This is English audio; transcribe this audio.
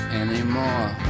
anymore